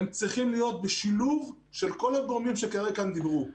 צריכים להיות בשילוב של כל הגורמים שכרגע דיברו כאן.